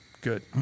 Good